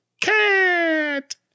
cat